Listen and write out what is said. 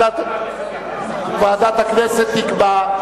ועדת הכנסת תקבע.